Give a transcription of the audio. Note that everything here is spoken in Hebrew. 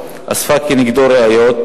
מצב שבו עבריינים אינם נענשים במידה מספקת,